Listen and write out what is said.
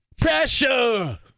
Pressure